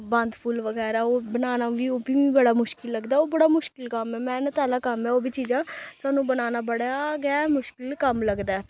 बंद फुल्ल बगैरा ओह् बनाना बी ओह् बी मी बड़ा मुश्कल लगदा ओह् बड़ा मुश्कल कम्म ऐ मैह्नत आह्ला कम्म ऐ ओह् बी चीजां सानूं बनाना बड़ा गै मुश्कल कम्म लगदा ऐ